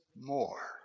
more